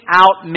out